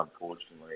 unfortunately